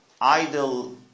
idle